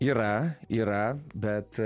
yra yra bet